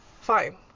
Fine